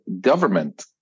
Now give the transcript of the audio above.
government